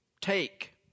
take